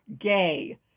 gay